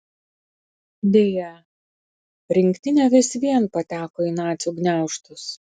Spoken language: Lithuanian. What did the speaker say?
deja rinktinė vis vien pateko į nacių gniaužtus